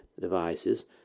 devices